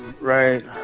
Right